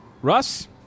Russ